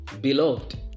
Beloved